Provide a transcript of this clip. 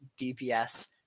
DPS